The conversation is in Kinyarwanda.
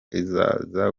izaza